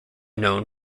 known